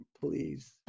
please